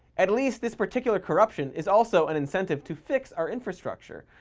at least this particular corruption is also an incentive to fix our infrastructure.